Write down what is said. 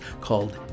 called